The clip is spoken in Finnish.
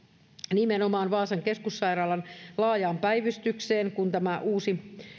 nimenomaan vaasan keskussairaalan laajaan päivystykseen kun tämä uusi